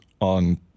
on